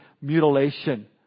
mutilation